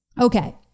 Okay